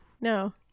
no